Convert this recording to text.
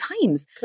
times